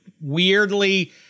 weirdly